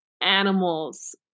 animals